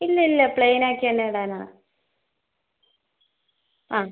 ഇല്ല ഇല്ല പ്ലെയിൻ ആക്കി തന്നെ ഇടാനാണ് ആ